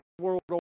world